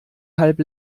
halb